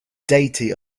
deity